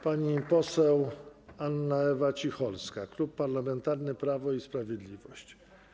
Pani poseł Anna Ewa Cicholska, Klub Parlamentarny Prawo i Sprawiedliwość.